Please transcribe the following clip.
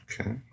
okay